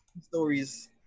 Stories